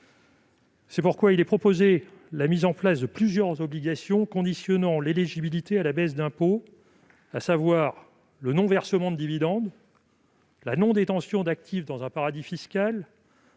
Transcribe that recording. Il a pour objet la mise en place de plusieurs obligations conditionnant l'éligibilité à la baisse d'impôt : non-versement de dividendes ; non-détention d'actifs dans un paradis fiscal